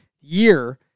year